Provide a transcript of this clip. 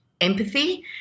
empathy